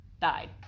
died